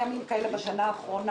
נציג משרד האוצר דיבר על תוספת